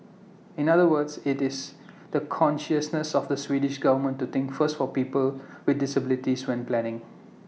in other words IT is the consciousness of the Swedish government to think first for persons with disabilities when planning